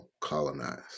colonized